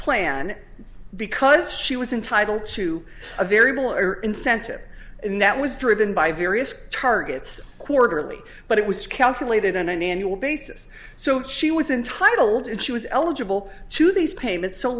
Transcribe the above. plan because she was entitled to a variable or incentive and that was driven by various targets quarterly but it was calculated on an annual basis so she was intitled and she was eligible to these payments so